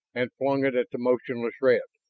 and flung it at the motionless red.